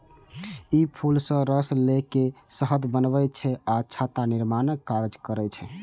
ई फूल सं रस लए के शहद बनबै छै आ छत्ता निर्माणक काज करै छै